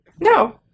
No